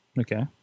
okay